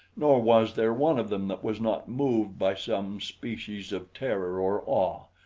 nor was there one of them that was not moved by some species of terror or awe.